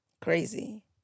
crazy